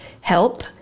help